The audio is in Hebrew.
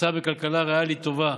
כתוצאה מכלכלה ריאלית טובה.